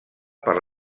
per